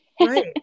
right